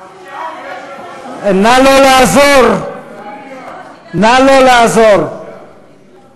הטוב" בצפון-אירלנד ולאחר מכן שליחו של נשיא ארצות-הברית